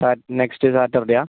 സാറ്റ് next സാറ്റർഡയാ